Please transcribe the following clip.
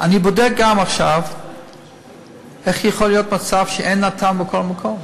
אני בודק גם עכשיו איך יכול להיות מצב שאין נט"ן בכל מקום.